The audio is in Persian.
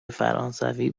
فرانسوی